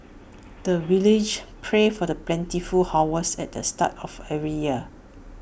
the villagers pray for the plentiful harvest at the start of every year